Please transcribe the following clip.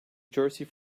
jersey